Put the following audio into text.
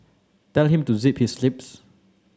tell him to zip his lips